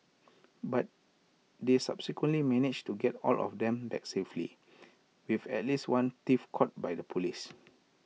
but they subsequently managed to get all of them back safely with at least one thief caught by the Police